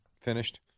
Finished